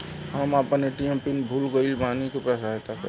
हम आपन ATM PIN भूल गईल बानी कृपया सहायता करी